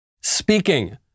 Speaking